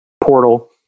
portal